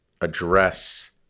address